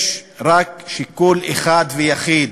יש רק שיקול אחד ויחיד